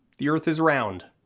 the earth is round.